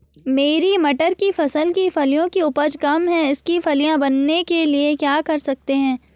मेरी मटर की फसल की फलियों की उपज कम है इसके फलियां बनने के लिए क्या कर सकते हैं?